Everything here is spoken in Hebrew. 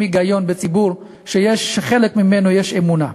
היגיון על ציבור שלחלק ממנו יש אמונה.